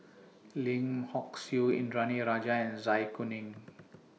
Lim Hock Siew Indranee Rajah and Zai Kuning